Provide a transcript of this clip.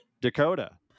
dakota